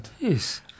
yes